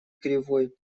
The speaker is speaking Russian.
кривой